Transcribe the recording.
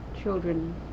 children